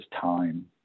time